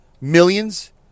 Millions